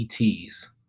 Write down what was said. ETs